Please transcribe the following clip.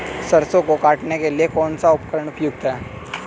सरसों को काटने के लिये कौन सा उपकरण उपयुक्त है?